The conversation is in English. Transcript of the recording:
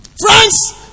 Friends